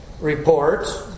reports